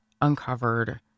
uncovered